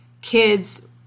Kids